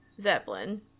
Zeppelin